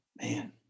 man